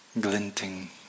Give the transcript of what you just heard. glinting